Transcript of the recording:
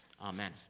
Amen